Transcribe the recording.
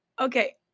Okay